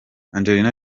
angelina